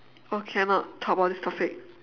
oh cannot talk about this topic